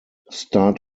start